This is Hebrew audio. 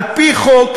על-פי חוק,